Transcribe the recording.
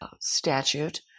statute